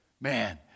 Man